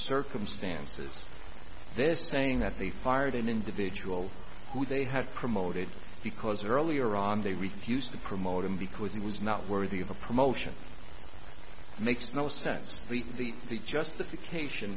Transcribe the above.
circumstances they're saying that they fired an individual who they had promoted because earlier on they refused to promote him because he was not worthy of a promotion makes no sense the the justification